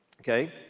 Okay